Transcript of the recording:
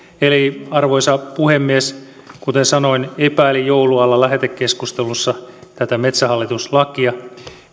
eli arvoisa puhemies kuten sanoin epäilin joulun alla lähetekeskustelussa tätä metsähallitus lakia